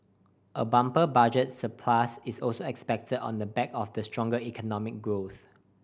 a bumper Budget surplus is also expected on the back of the stronger economic growth